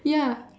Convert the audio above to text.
ya